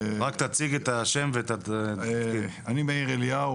אני מאיר אליהו,